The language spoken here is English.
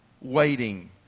waiting